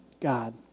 God